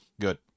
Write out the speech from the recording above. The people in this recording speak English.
Good